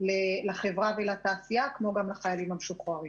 מאוד לחברה ולתעשייה כמו גם לחיילים המשוחררים.